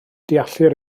deallir